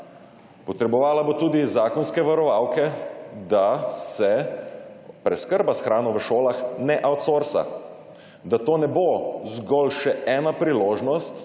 Potrebovala bo tudi zakonske varovalke, da se preskrba s hrano v šolah ne outsourca, da to ne bo zgolj še ena priložnost